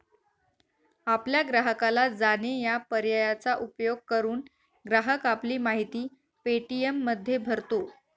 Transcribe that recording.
आपल्या ग्राहकाला जाणे या पर्यायाचा उपयोग करून, ग्राहक आपली माहिती पे.टी.एममध्ये भरतो